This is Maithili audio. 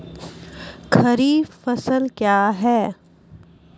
खरीफ फसल क्या हैं?